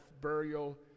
burial